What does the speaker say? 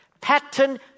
Pattern